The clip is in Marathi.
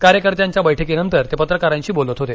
कार्यकर्त्यांच्या बक्कीनंतर ते पत्रकारांशी बोलत होते